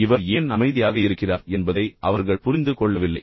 இந்த மனிதர் ஏன் அமைதியாக இருக்கிறார் என்பதை அவர்கள் புரிந்து கொள்ளவில்லை